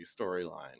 storyline